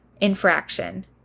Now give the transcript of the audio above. infraction